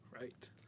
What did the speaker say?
Right